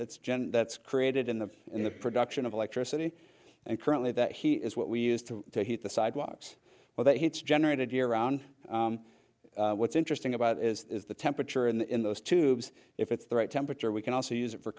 heat that's created in the in the production of electricity and currently that he is what we used to heat the sidewalks or that he it's generated year around what's interesting about it is the temperature in those tubes if it's the right temperature we can also use it for